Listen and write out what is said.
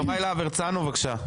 יוראי להב הרצנו, בבקשה.